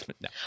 no